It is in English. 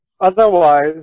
Otherwise